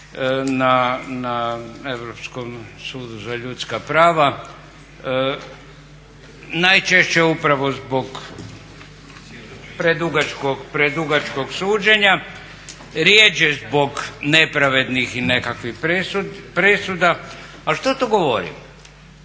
na Europskom sudu za ljudska prava. Najčešće upravo zbog predugačkog suđenja, rjeđe zbog nepravednih i nekakvih presuda. Ali što to govori?